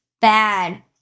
bad